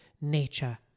nature